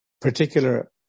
Particular